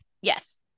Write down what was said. Yes